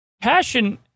passion